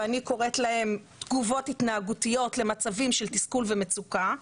ואני קוראת להם תגובות התנהגותיות למצבים של תסכול ומצוקה,